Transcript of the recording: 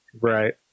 Right